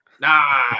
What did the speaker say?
Nah